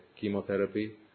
chemotherapy